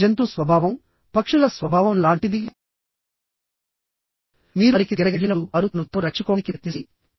ఇది జంతు స్వభావంపక్షుల స్వభావం లాంటిదిమీరు వారికి దగ్గరగా వెళ్ళినప్పుడు వారు తమను తాము రక్షించుకోవడానికి ప్రయత్నిస్తాయి